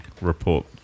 report